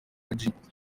christopher